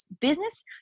business